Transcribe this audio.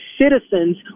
citizens